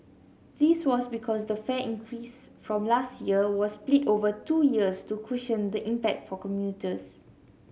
this was because the fare increase from last year was split over two years to cushion the impact for commuters